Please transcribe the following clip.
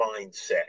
mindset